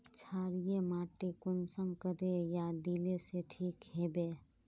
क्षारीय माटी कुंसम करे या दिले से ठीक हैबे?